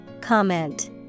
Comment